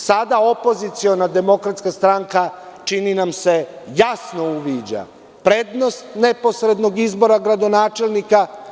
Sada opoziciona DS čini nam se jasno uviđa prednost neposrednog izbora gradonačelnika.